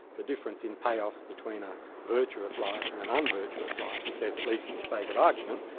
the difference in payoffs between a virtuous life and an unvirtuous life he says, at least for the sake of argument,